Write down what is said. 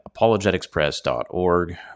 apologeticspress.org